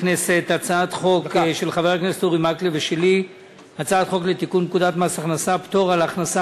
הצעת חוק לתיקון פקודת מס הכנסה (פטור על הכנסה